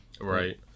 Right